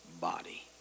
body